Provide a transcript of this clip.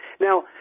Now